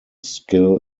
skill